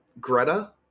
Greta